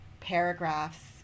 paragraphs